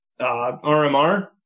RMR